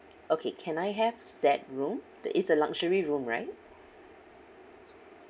okay can I have that room that is a luxury room right